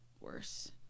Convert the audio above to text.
worse